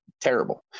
terrible